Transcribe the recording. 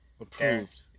approved